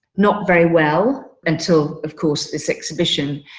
not very well until, of course, this exhibition.